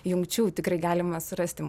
jungčių tikrai galima surasti